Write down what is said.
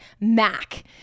mac